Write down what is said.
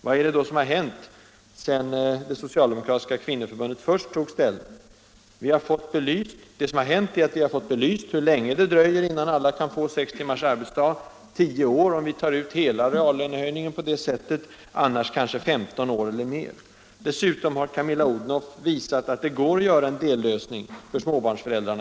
Vad är det då som har hänt sedan det socialdemokratiska kvinnoförbundet först tog ställning? Det som har hänt är att vi har fått belyst hur länge det dröjer innan alla kan få sex timmars arbetsdag — tio år, om vi tar ut hela reallönehöjningen på det sättet, annars kanske 15 år eller mer. Dessutom har Camilla Odhnoff visat att det går att göra en dellösning för småbarnsföräldrar?